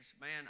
man